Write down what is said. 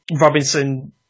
Robinson